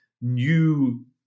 new